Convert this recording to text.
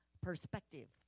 perspective